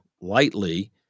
lightly